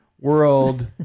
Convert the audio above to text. World